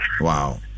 wow